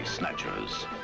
Snatchers